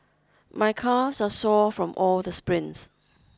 my calves are sore from all the sprints